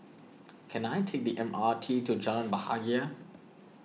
can I take the M R T to Jalan Bahagia